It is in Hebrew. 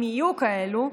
אם יהיו כאלה,